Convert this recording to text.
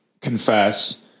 confess